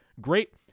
great